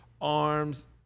arms